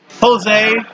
Jose